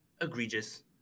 egregious